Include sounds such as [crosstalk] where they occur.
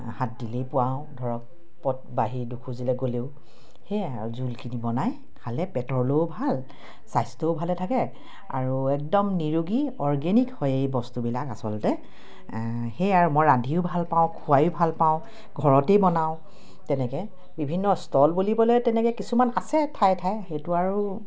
হাত দিলেই পাওঁ ধৰক [unintelligible] দুখোজ দিলে গ'লেও সেয়াই আৰু জোলখিনি বনায় খালে পেটৰলেও ভাল স্বাস্থ্যও ভালে থাকে আৰু একদম নিৰোগী অৰ্গেনিক হয় এই বস্তুবিলাক আচলতে সেয়াই আৰু মই ৰান্ধিও ভাল পাওঁ খোৱাইও ভাল পাওঁ ঘৰতেই বনাওঁ তেনেকে বিভিন্ন ষ্টল বুলিবলৈ তেনেকে কিছুমান আছে ঠাই ঠাই সেইটো আৰু